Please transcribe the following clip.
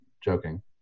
joking